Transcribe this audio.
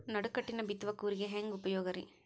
ನಡುಕಟ್ಟಿನ ಬಿತ್ತುವ ಕೂರಿಗೆ ಹೆಂಗ್ ಉಪಯೋಗ ರಿ?